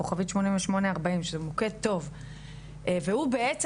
כוכבית 8840 שזה מוקד טוב והוא בעצם,